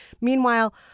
Meanwhile